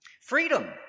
Freedom